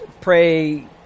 pray